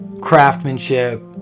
craftsmanship